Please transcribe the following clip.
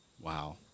wow